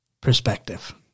perspective